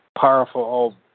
Powerful